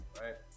right